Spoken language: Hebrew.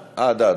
עד.